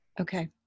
Okay